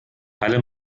alle